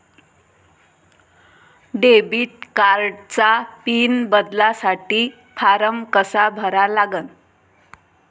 Debit कार्डचा pin बदलासाठी form कसा भरा लागन?